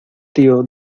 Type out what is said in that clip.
tío